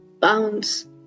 bounce